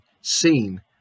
seen